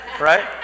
right